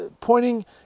pointing